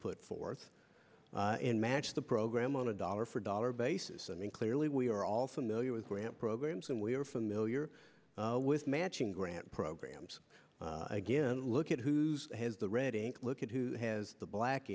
put forth and match the program on a dollar for dollar basis i mean clearly we are all familiar with grant programs and we are familiar with matching grant programs again look at who's has the red ink look at who has the black